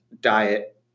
diet